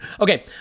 Okay